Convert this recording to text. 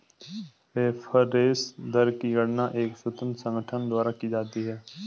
reference दर की गणना एक स्वतंत्र संगठन द्वारा की जाती है